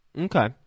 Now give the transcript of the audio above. Okay